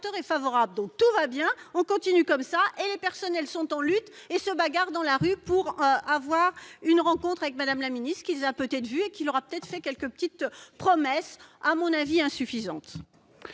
est favorable. Tout va bien ! Continuons comme ça ! Les personnels sont en lutte et se bagarrent dans la rue pour obtenir une rencontre avec Mme la ministre, qui les a peut-être rencontrés et leur a fait quelques petites promesses, à mon avis insuffisantes.